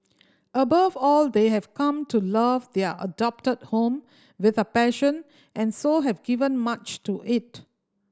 above all they have come to love their adopted home with a passion and so have given much to it